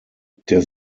der